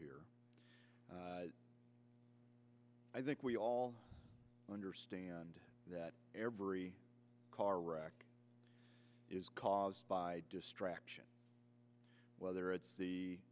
here i think we all understand that every car wreck is caused by distraction whether it's the